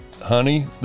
Honey